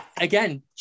again